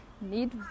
need